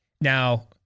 Now